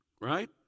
right